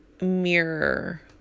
mirror